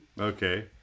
Okay